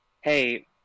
Hey